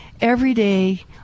everyday